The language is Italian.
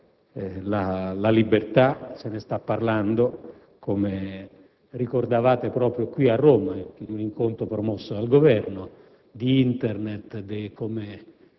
la libertà (se ne sta parlando, come ricordavate, proprio qui a Roma, in un incontro promosso dal Governo, avente come